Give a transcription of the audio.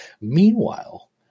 Meanwhile